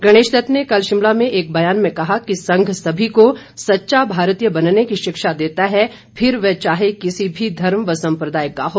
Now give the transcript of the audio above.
गणेशदत्त ने कल शिमला में एक बयान में कहा कि संघ सभी को सच्चा भारतीय बनने की शिक्षा देता है फिर वह चाहे किसी भी धर्म व सम्प्रदाय का हो